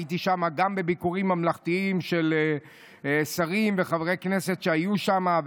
הייתי שם גם בביקורים ממלכתיים של שרים וחברי כנסת שהיו שם,